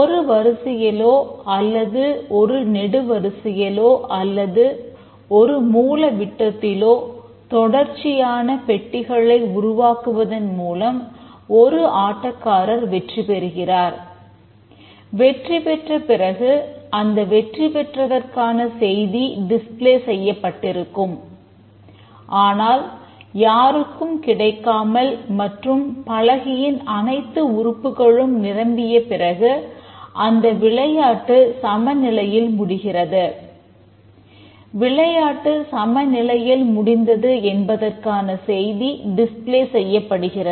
tic tac டோய் செய்யப்படுகிறது